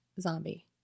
zombie